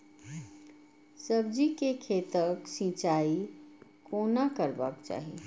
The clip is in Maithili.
सब्जी के खेतक सिंचाई कोना करबाक चाहि?